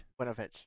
Winovich